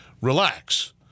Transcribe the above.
relax